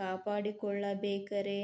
ಕಾಪಾಡಿಕೊಳ್ಳಬೇಕರೇ?